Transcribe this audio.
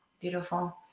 Beautiful